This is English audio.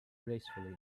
gracefully